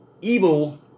Evil